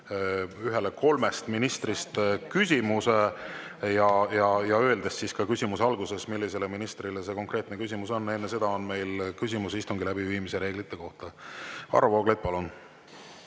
ühele kolmest ministrist küsimus, öeldes kohe alguses, millisele ministrile konkreetne küsimus on. Enne seda on meil küsimus istungi läbiviimise reeglite kohta. Varro Vooglaid, palun!